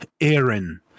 aaron